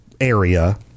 area